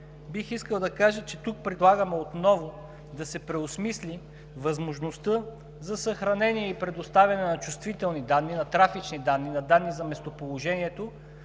бих искал да кажа, че тук предлагаме отново да се преосмисли възможността за съхранение и предоставяне на чувствителни данни, на трафични данни, на данни за местоположението